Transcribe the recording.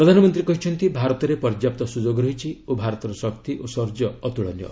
ପ୍ରଧାନମନ୍ତ୍ରୀ କହିଛନ୍ତି ଭାରତରେ ପର୍ଯ୍ୟାପ୍ତ ସୁଯୋଗ ରହିଛି ଓ ଭାରତର ଶକ୍ତି ଓ ସୌର୍ଯ୍ୟ ଅତୁଳନୀୟ